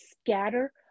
scatter